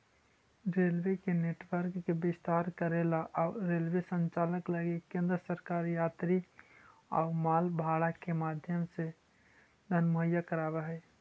railway के network के विस्तार करेला अउ रेलवे संचालन लगी केंद्र सरकार यात्री अउ माल भाड़ा के माध्यम से धन मुहैया कराव हई